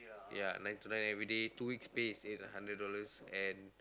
ya nine to nine everyday two weeks pay is eight hundred dollars and